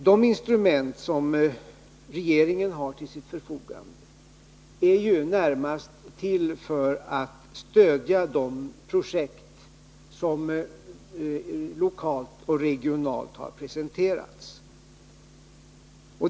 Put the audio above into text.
De instrument som regeringen har till sitt förfogande är ju närmast till för att stödja de projekt som har presenterats lokalt och regionalt.